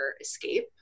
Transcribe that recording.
escape